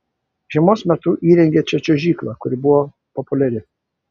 žiemos metu įrengė čia čiuožyklą kuri buvo populiari